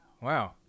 Wow